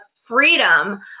freedom